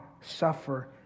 suffer